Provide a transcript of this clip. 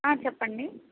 చెప్పండి